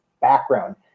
background